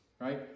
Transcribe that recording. right